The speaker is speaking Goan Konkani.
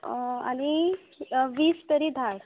आनी वीस तरी धाड